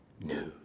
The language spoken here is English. news